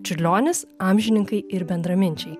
čiurlionis amžininkai ir bendraminčiai